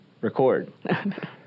record